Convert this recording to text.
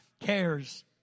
cares